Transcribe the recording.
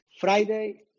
Friday